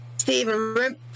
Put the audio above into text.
Stephen